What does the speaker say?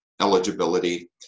eligibility